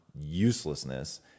uselessness